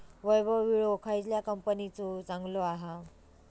वैभव विळो खयल्या कंपनीचो चांगलो हा?